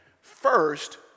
First